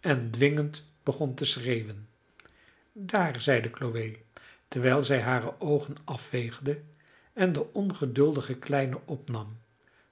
en dwingend begon te schreeuwen daar zeide chloe terwijl zij hare oogen afveegde en de ongeduldige kleine opnam